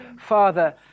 Father